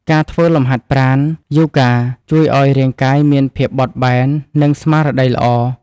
ការធ្វើលំហាត់ប្រាណយូហ្គា ជួយឱ្យរាងកាយមានភាពបត់បែន និងស្មារតីល្អ។